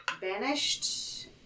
banished